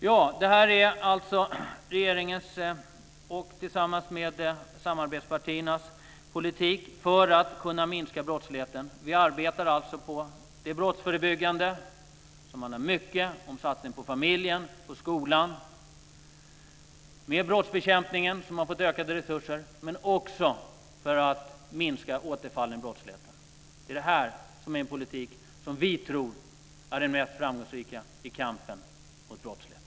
Ja, det här är regeringens och samarbetspartiernas politik för att man ska kunna minska brottsligheten. Vi koncentrerar oss på det brottsförebyggande arbetet. Det handlar mycket om en satsning på familjen och skolan. Brottsbekämpningen har fått ökade resurser, och vi arbetar också med att minska återfall i brottslighet. Det här är den politik som vi tror är den mest framgångsrika i kampen mot brottsligheten.